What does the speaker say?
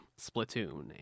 Splatoon